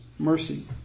Mercy